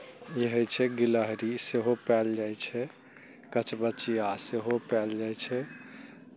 ई होइ छै गिलहरी सेहो पाएल जाइ छै कचबचिया सेहो पाएल जाइ छै